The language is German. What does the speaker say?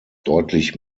deutlich